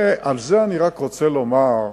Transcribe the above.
ועל זה אני רק רוצה לומר,